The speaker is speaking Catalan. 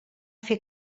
fer